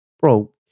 bro